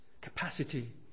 capacity